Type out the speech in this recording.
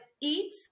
Eat